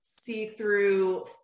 see-through